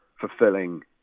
fulfilling